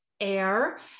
air